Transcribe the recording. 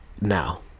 Now